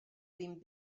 ddim